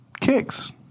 Kicks